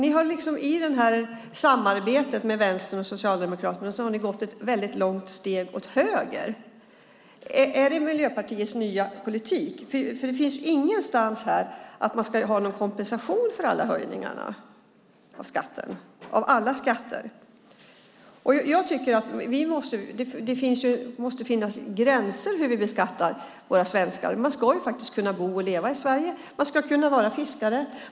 I samarbetet med Socialdemokraterna och Vänstern har ni gått ett väldigt långt steg åt vänster. Är det Miljöpartiets nya politik? Det står nämligen ingenstans att man ska ha någon kompensation för alla höjningar av skatter. Jag tycker att det måste finnas gränser för hur vi beskattar våra svenskar. Man ska kunna bo och leva i Sverige, och man ska kunna vara fiskare.